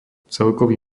celkový